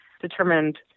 determined